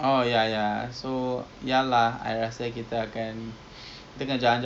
ah ya sekarang I see biscoff dekat N_T_U_C out of stock kat lazada out of stock